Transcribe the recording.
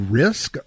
risk